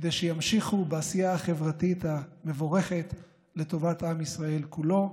כדי שימשיכו בעשייה החברתית המבורכת לטובת עם ישראל כולו.